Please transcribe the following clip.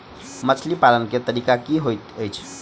मछली पालन केँ तरीका की होइत अछि?